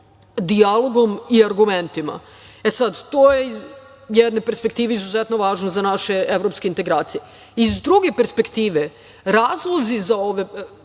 dijalogom i argumentima. To je iz jedne perspektive izuzetno važno za naše evropske integracije. Iz druge perspektive, razlozi za ove